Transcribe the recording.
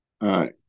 right